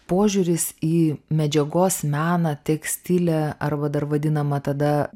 požiūris į medžiagos meną tekstilę arba dar vadinamą tada